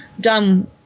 done